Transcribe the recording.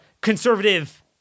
conservative